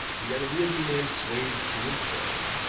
the unwieldy man swayed to and fro,